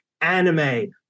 anime